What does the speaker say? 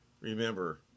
Remember